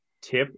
tip